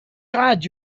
god